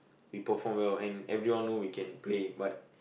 we perform well and everyone know we can play but